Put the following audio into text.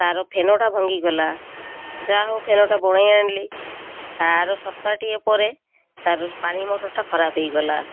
ତା'ର ଫେନଟା ଭଙ୍ଗିଗଲା ଯାହା ହଉ ଫେନଟା ବନେଇ ଆଣିଲି ତା'ର ସପ୍ତାହଟିଏ ପରେ ତା'ର ପାଣି ମୋଟରଟା ଖରାପ ହେଇଗଲା